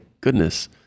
goodness